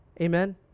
Amen